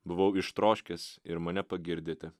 buvau ištroškęs ir mane pagirdėte